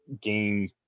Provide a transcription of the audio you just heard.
game